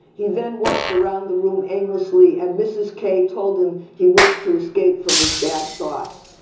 he then walked around the room aimlessly and mrs. k told him, he wished to escape from his bad thoughts.